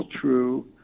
true